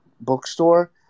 bookstore